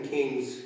Kings